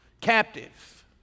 captive